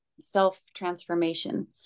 self-transformation